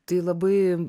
tai labai